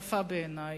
יפה בעיני.